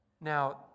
Now